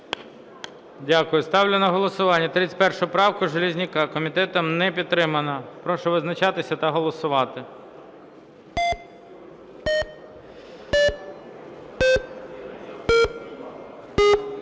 Дякую. Ставлю на голосування 31 правку Железняка. Комітетом не підтримана. Прошу визначатися та голосувати.